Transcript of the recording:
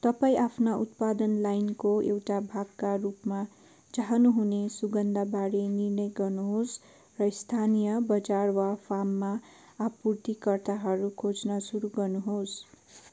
तपाईँ आफ्ना उत्पादन लाइनको एउटा भागका रूपमा चाहनु हुने सुगन्धबारे निर्णय गर्नुहोस् र स्थानीय बजार वा फार्ममा आपूर्तिकर्ताहरू खोज्न सुरु गर्नुहोस्